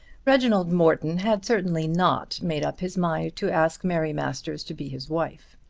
reginald morton had certainly not made up his mind to ask mary masters to be his wife.